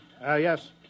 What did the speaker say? Yes